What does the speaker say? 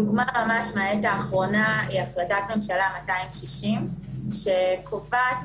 דוגמה מהעת האחרות היא החלטת ממשלה 260 שקובעת